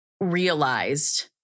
realized